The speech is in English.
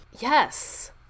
Yes